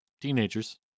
teenagers